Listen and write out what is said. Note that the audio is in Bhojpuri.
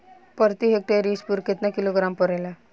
प्रति हेक्टेयर स्फूर केतना किलोग्राम परेला?